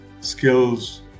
skills